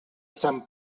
sant